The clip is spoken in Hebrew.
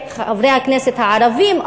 חברי הכנסת הערבים,